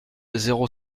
zéro